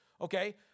Okay